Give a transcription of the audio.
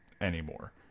Anymore